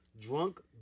Drunk